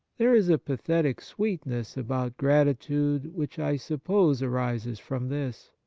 there is a pathetic sweetness about grati tude which i suppose arises from this.